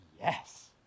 yes